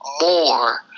more